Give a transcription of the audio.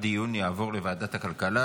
הדיון יעבור לוועדת הכלכלה.